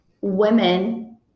women